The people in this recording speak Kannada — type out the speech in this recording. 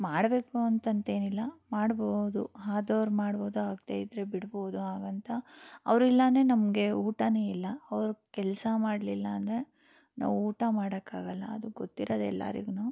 ಮಾಡಬೇಕು ಅಂತ ಅಂತೇನಿಲ್ಲ ಮಾಡ್ಬೋದು ಆದವ್ರು ಮಾಡ್ಬೋದು ಆಗದೇ ಇದ್ದರೆ ಬಿಡ್ಬೋದು ಹಾಗಂತ ಅವ್ರು ಇಲ್ಲಾಂದರೆ ನಮಗೆ ಊಟನೇ ಇಲ್ಲ ಅವ್ರು ಕೆಲಸ ಮಾಡಲಿಲ್ಲ ಅಂದರೆ ನಾವು ಊಟ ಮಾಡೋಕ್ಕಾಗಲ್ಲ ಅದು ಗೊತ್ತಿರದು ಎಲ್ಲಾರಿಗು